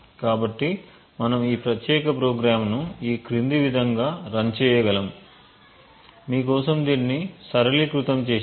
కాబట్టి మనం ఈ ప్రత్యేక ప్రోగ్రామ్ను ఈ క్రింది విధంగా రన్ చేయగలము మీ కోసం దీన్ని సరళీకృతం చేసాము